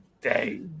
day